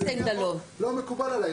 מקובל עליי,